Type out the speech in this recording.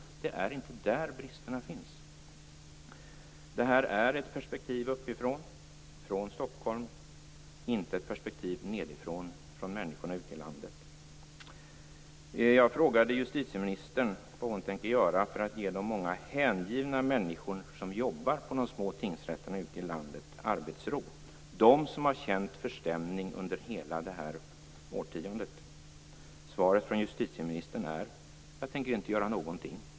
Det är inte där som bristerna finns. Detta är ett perspektiv uppifrån, från Stockholm, inte ett perspektiv nedifrån, från människorna ute i landet. Jag frågade justitieministern vad hon tänker göra för att ge de många hängivna människor som jobbar på de små tingsrätterna ute i landet arbetsro, de som har känt förstämning under hela detta årtionde. Svaret från justitieministern är: Jag tänker inte göra någonting.